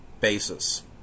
basis